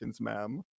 ma'am